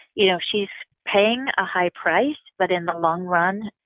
you know she's paying a high price, but in the long run,